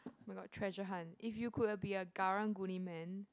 oh my god treasure hunt if you could a be a karang guni man